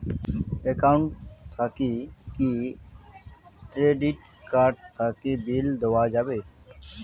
Account থাকি কি credit card এর বিল দেওয়া যাবে?